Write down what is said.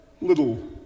little